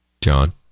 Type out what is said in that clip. John